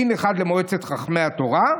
דין אחד למועצת חכמי התורה,